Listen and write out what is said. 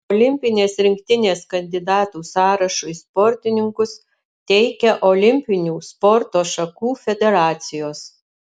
olimpinės rinktinės kandidatų sąrašui sportininkus teikia olimpinių sporto šakų federacijos